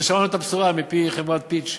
ושמענו את הבשורה מפי חברת "פיץ'",